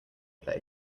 play